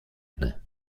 inne